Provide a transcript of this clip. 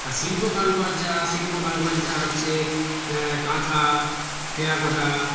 আর শিল্প কারুকার্য শিল্প কারুকার্য হচ্ছে কাঁথা টেরাকোটা